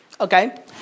okay